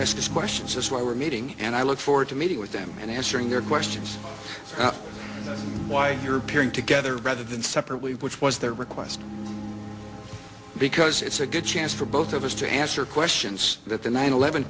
ask this question just where we're meeting and i look forward to meeting with them and answering their questions and that's why you're appearing together rather than separately which was their request because it's a good chance for both of us to answer questions that the nine eleven